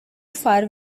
far